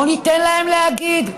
בואו ניתן להם להגיד.